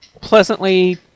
pleasantly